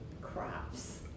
crops